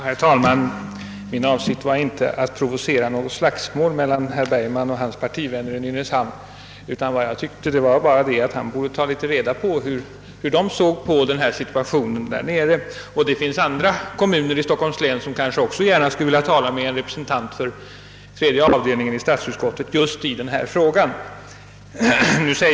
Herr talman! Det var inte min avsikt att provocera något slagsmål mellan herr Bergman och hans partivänner i Nynäshamn. Jag tyckte bara att han borde tagit reda på hur de vännerna såg på situationen där nere. Det finns säkert personer i andra kommuner i Stockholms län som gärna skulle vilja tala med en representant för statsutskottets tredje avdelning i denna fråga.